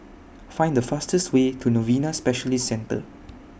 Find The fastest Way to Novena Specialist Centre